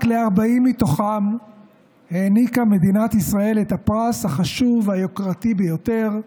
רק ל-40 מתוכם העניקה מדינת ישראל את הפרס החשוב והיוקרתי ביותר,